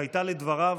שלדבריו,